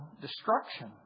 destruction